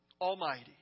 Almighty